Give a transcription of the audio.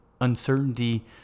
uncertainty